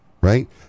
right